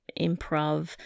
improv